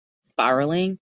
spiraling